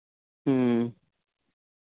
curd curd rice curd curd rice extra